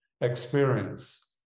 experience